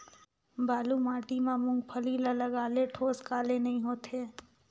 बालू माटी मा मुंगफली ला लगाले ठोस काले नइ होथे?